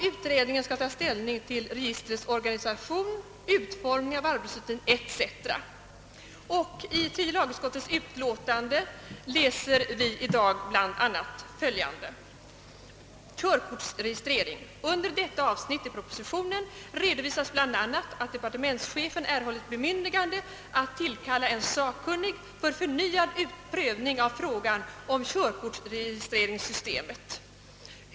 Utredningen skall ta ställning till registrets organisation, utformningen av arbetsrutin etc. I tredje lagutskottets utlåtande nr 31 kan vi i dag läsa bland annat följande: »Körkortsregistrering. "Under detta avsnitt i propositionen redovisas bl.a. att departementschefen erhållit bemyndigande att tillkalla en sakkunnig för förnyad prövning av frågan om körkortsregistreringssystemet.